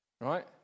Right